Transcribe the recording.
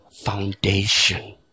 foundation